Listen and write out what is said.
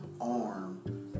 arm